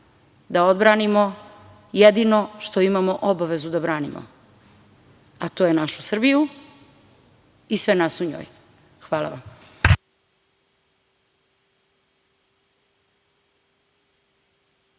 da odbranimo jedino što imamo obavezu da branimo, a to je - našu Srbiju i sve nas u njoj. Hvala vam.